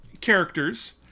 characters